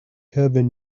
heaven